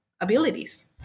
abilities